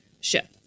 ship